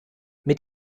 mit